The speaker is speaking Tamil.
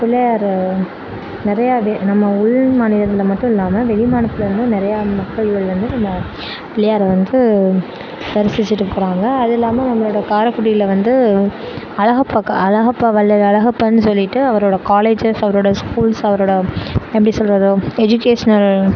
பிள்ளையாரு நிறையா நம்ம உள் மாநிலங்களில் மட்டும் இல்லாமல் வெளிமாநில இருந்தும் நிறையா மக்கள்கள் வந்து நம்ம பிள்ளையாரை வந்து தரிசித்துவிட்டு போகிறாங்க அதுவும் இல்லாமல் நம்மளோட காரைக்குடியில் வந்து அழகப்பா கா அழகப்பா வள்ளல் அழகப்பானு சொல்லிட்டு அவரோட காலேஜஸ் அவரோட ஸ்கூல்ஸ் அவரோட எப்படி சொல்வது எஜுகேஷனல்